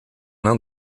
l’un